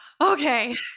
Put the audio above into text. okay